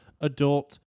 adult